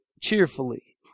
cheerfully